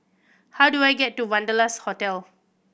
how do I get to Wanderlust Hotel